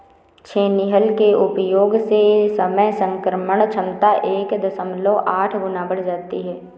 छेनी हल के उपयोग से समय प्रसंस्करण क्षमता एक दशमलव आठ गुना बढ़ जाती है